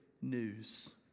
news